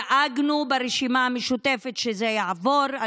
דאגנו ברשימה המשותפת שזה יעבור,